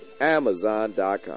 amazon.com